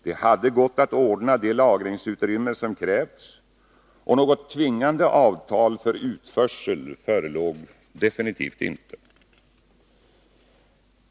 Det hade gått att ordna det lagringsutrymme som krävts, och något tvingade avtal för utförsel förelåg definitivt inte.